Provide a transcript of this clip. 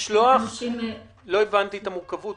לא הבנתי את המורכבות,